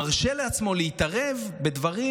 מרשה לעצמו להתערב בדברים.